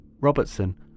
Robertson